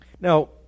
now